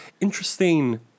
Interesting